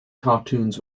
cartoons